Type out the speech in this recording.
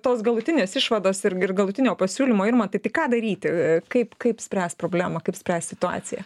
tos galutinės išvados ir ir galutinio pasiūlymo irmantai tai ką daryti kaip kaip spręst problemą kaip spręst situaciją